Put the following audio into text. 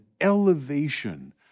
elevation